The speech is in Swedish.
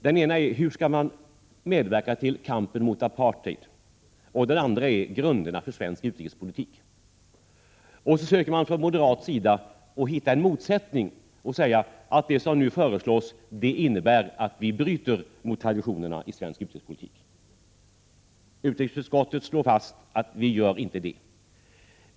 Den ena är: Hur skall man medverka till kampen mot apartheid? Den andra gäller grunderna för svensk utrikespolitik. Från moderat sida söker man hitta en motsättning och säger att det som nu föreslås innebär att vi bryter mot traditionerna i svensk utrikespolitik. Utrikesutskottet konstaterar att vi inte gör det.